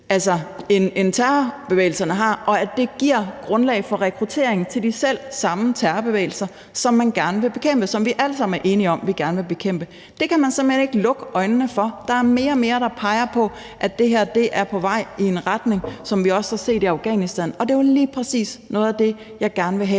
civile, end terrorbevægelserne har, og at det giver grundlag for rekruttering til de selv samme terrorbevægelser, som man gerne vil bekæmpe, og som vi alle sammen er enige om at vi gerne vil bekæmpe. Det kan man simpelt hen ikke lukke øjnene for. Der er mere og mere, der peger på, at det her er på vej i en retning, som vi også har set i Afghanistan, og det er jo lige præcis noget af det, jeg gerne vil have